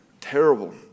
terrible